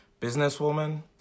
businesswoman